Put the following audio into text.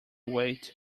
wait